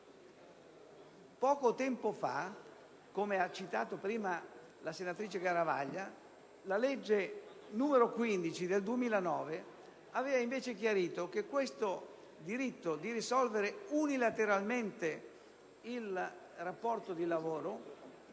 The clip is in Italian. Poco tempo fa, come ha detto prima la senatrice Garavaglia, la legge n. 15 del 2009 aveva invece chiarito che il diritto di risolvere unilateralmente il rapporto di lavoro